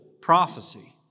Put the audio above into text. prophecy